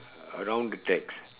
around the text